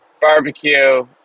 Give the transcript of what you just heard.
barbecue